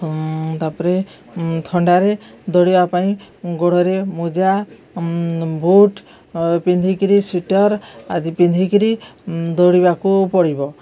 ତା'ପରେ ଥଣ୍ଡାରେ ଦୌଡ଼ିବା ପାଇଁ ଗୋଡ଼ରେ ମୋଜା ବୁଟ୍ ପିନ୍ଧିକିରି ସୁଇଟର ଆଦି ପିନ୍ଧିକିରି ଦୌଡ଼ିବାକୁ ପଡ଼ିବ